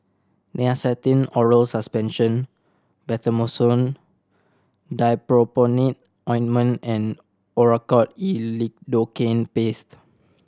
Nystatin Oral Suspension Betamethasone Dipropionate Ointment and Oracort E Lidocaine Paste